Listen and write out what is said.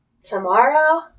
tomorrow